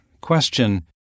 Question